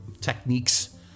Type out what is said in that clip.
techniques